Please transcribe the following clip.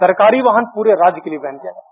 सरकारी वाहन पूरे राज्य के लिए बैन किया जा रहा है